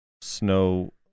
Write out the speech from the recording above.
Snow